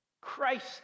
Christ